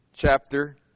Chapter